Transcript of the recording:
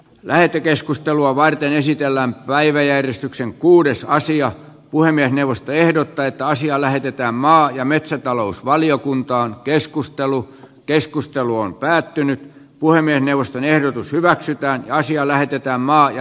lähetekeskustelua varten esitellään päiväjärjestyksen kuudessa asia puhemiesneuvosto ehdottaa että asia lähetetään maa ja metsätalousvaliokuntaan keskustelu keskustelu on päättynyt puhemiesneuvoston ehdotus hyväksytään asia lähetetään maa ja